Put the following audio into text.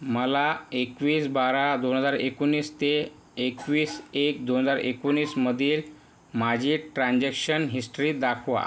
मला एकवीस बारा दोन हजार एकोणीस ते एकवीस एक दोन हजार एकोणीसमधील माझी ट्रान्झॅक्शन हिस्टरी दाखवा